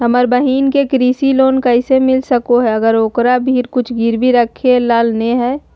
हमर बहिन के कृषि लोन कइसे मिल सको हइ, अगर ओकरा भीर कुछ गिरवी रखे ला नै हइ?